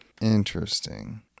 Interesting